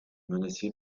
menacé